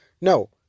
No